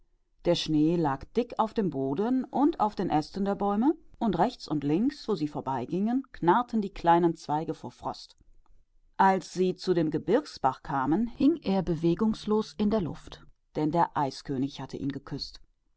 der schnee lag tief auf der erde und hoch auf den zweigen der bäume der frost zerbrach die kleinen äste auf beiden seiten wo sie vorübergingen und als sie zu dem gebirgsbach kamen hing er bewegungslos in der luft denn der eiskönig hatte ihn geküßt